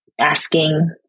asking